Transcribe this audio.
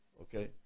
Okay